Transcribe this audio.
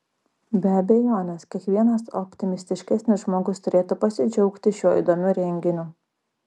be abejonės kiekvienas optimistiškesnis žmogus turėtų pasidžiaugti šiuo įdomiu renginiu